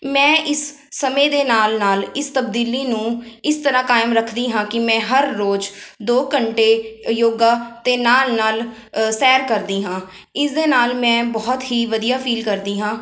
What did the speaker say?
ਮੈਂ ਇਸ ਸਮੇਂ ਦੇ ਨਾਲ ਨਾਲ ਇਸ ਤਬਦੀਲੀ ਨੂੰ ਇਸ ਤਰ੍ਹਾਂ ਕਾਇਮ ਰੱਖਦੀ ਹਾਂ ਕਿ ਮੈਂ ਹਰ ਰੋਜ਼ ਦੋ ਘੰਟੇ ਯੋਗਾ ਅਤੇ ਨਾਲ ਨਾਲ ਸੈਰ ਕਰਦੀ ਹਾਂ ਇਸ ਦੇ ਨਾਲ ਮੈਂ ਬਹੁਤ ਹੀ ਵਧੀਆ ਫੀਲ ਕਰਦੀ ਹਾਂ